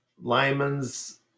Lyman's